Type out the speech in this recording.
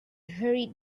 hurried